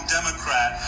Democrat